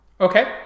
Okay